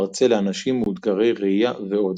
מרצה לאנשים מאותגרי ראיה ועוד.